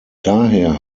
daher